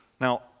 Now